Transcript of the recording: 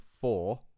four